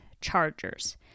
chargers